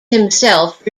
himself